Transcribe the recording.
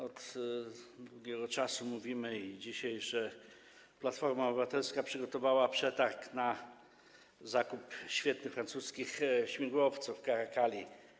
Od długiego czasu i dzisiaj mówimy, że Platforma Obywatelska przygotowała przetarg na zakup świetnych francuskich śmigłowców Caracal.